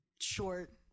short